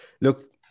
look